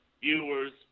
viewers